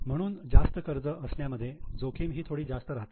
म्हणून जास्त कर्ज असण्यामध्ये जोखीमही थोडी जास्त राहते